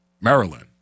Maryland